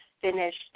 finished